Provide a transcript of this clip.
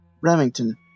Remington